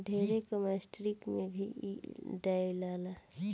ढेरे कास्मेटिक में भी इ डलाला